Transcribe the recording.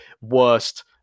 worst